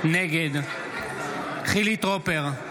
נגד חילי טרופר,